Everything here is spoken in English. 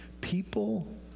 People